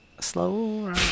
Slow